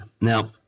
now